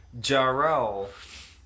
Jarrell